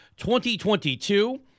2022